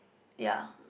ya